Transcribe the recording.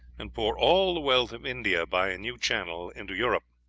and pour all the wealth of india by a new channel into europe.